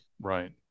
Right